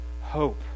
hope